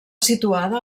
situada